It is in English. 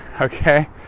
okay